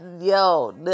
yo